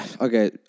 okay